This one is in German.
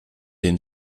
den